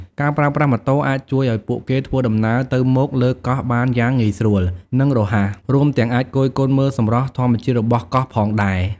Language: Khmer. ការប្រើប្រាស់ម៉ូតូអាចជួយឱ្យពួកគេធ្វើដំណើរទៅមកលើកោះបានយ៉ាងងាយស្រួល និងរហ័ស រួមទាំងអាចគយគន់មើលសម្រស់ធម្មជាតិរបស់កោះផងដែរ។